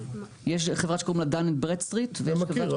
יש חברה שקוראים לה דן אנד ברדסטריט ויש חברה